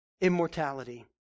immortality